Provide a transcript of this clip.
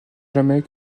jamais